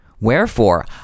Wherefore